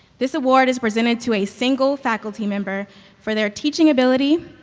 this award is presented to a single faculty member for their teaching ability,